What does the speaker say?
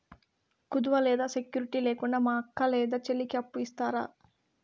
కుదువ లేదా సెక్యూరిటి లేకుండా మా అక్క లేదా చెల్లికి అప్పు ఇస్తారా?